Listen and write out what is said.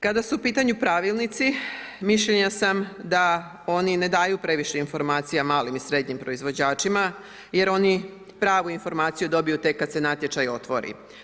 Kada su u pitanju pravilnici, mišljenja sam da oni ne daju previše informacija malim i srednjim proizvođačima jer oni pravu informaciju dobiju tek kad se natječaj otvori.